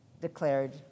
declared